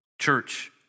Church